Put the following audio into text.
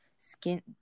skin